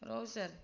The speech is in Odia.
ରହୁଛି ସାର୍